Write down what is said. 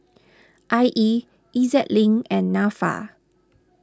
I E E Z Link and Nafa